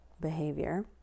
behavior